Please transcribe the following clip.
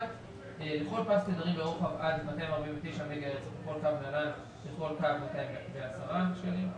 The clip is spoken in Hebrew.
לכל פס תדרים ברוחב עד 249 מגה-הרץ בכל קו נל"ן לכל קו 210 שקלים.